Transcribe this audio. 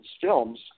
films